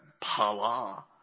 Pala